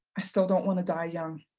i still don't want to die young.